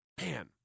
Man